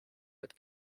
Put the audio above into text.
mit